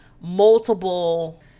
multiple